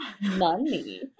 money